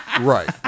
Right